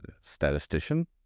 statistician